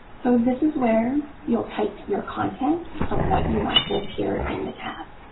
so this is where you'll type your content of what you want to appear in the tab.